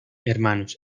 hermanos